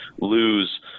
lose